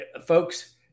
folks